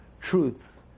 truths